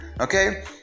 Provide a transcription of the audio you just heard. Okay